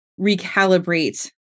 recalibrate